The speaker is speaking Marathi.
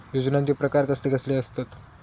योजनांचे प्रकार कसले कसले असतत?